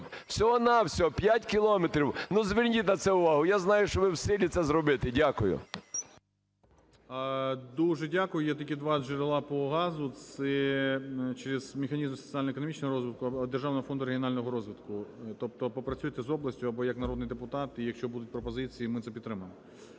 всього-на-всього 5 кілометрів. Ну зверніть на це увагу! Я знаю, що ви в силі це зробити. Дякую. 11:01:09 ГРОЙСМАН В.Б. Дуже дякую. Є такі два джерела по газу – це через механізми соціально-економічного розвитку або Державного фонду регіонального розвитку. Тобто попрацюйте з областю або як народний депутат, і якщо будуть пропозиції, ми це підтримаємо.